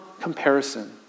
comparison